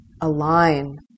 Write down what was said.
align